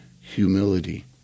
humility